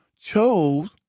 chose